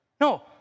No